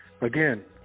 Again